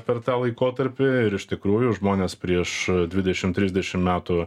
per tą laikotarpį ir iš tikrųjų žmonės prieš dvidešimt trisdešimt metų